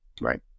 Right